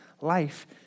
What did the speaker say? life